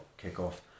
kickoff